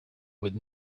with